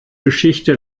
geschichte